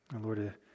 Lord